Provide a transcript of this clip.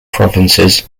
provinces